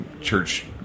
church